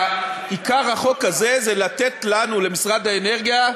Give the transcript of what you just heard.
עיקר החוק הזה זה לתת לנו, למשרד האנרגיה,